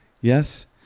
yes